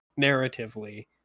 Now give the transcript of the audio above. narratively